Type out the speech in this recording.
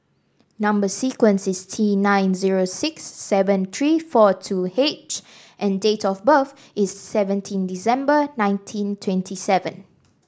number sequence is T nine zero six seven three four two H and date of birth is seventeen December nineteen twenty seven